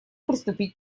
приступить